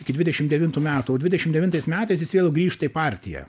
iki dvidešim devintų metų o dvidešim devintais metais jis vėl grįžta į partiją